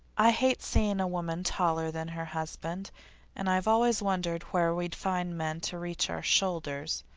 i hate seeing a woman taller than her husband and i've always wondered where we'd find men to reach our shoulders.